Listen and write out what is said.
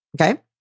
okay